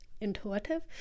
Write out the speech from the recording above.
intuitive